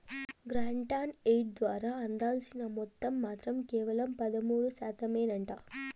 grant on aid ద్వారా అందాల్సిన మొత్తం మాత్రం కేవలం పదమూడు శాతమేనంట